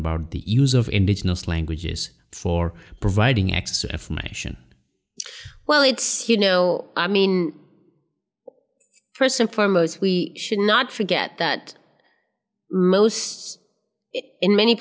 about the use of indigenous languages for providing access to information well it's you know i mean first and foremost we should not forget that most in many